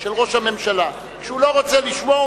של ראש הממשלה: כשהוא לא רוצה לשמוע,